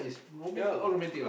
ya